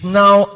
now